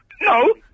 No